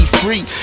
free